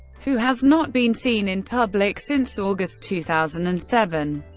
who has not been seen in public since august two thousand and seven.